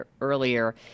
earlier